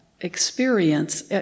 experience